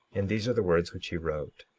and these are the words which he wrote,